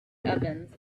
ovens